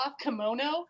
kimono